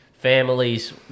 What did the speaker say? families